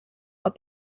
are